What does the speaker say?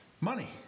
Money